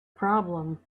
problem